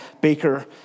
Baker